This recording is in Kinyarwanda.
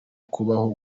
kubaho